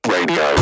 Radio